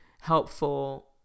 helpful